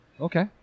Okay